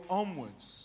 onwards